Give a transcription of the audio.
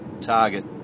target